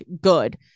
good